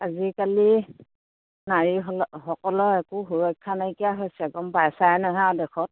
আজিকালি নাৰীসকলৰ একো সুৰক্ষা নাইকিয়া হৈছে গম পাইছাই নহয় দেশত